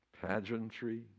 pageantry